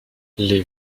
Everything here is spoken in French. les